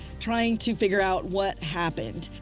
trying to figure out what happened.